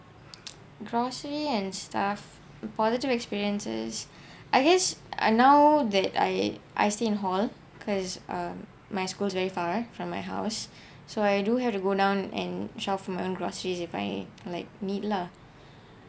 groceries and stuff positive experiences I guess uh now that I I stay in hall because uh my school's very far from my house so I do have to go down and shop for my own groceries if I like need lah